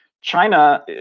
China